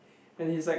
and he's like